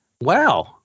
wow